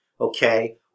okay